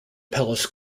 palace